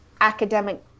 academic